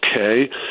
okay